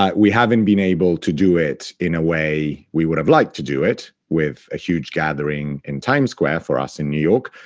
um we haven't been able to do it in a way we would have liked to do it with a huge gathering in times square, for us in new york,